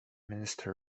minister